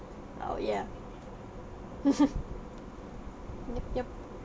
oh yeah ya ya